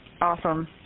Awesome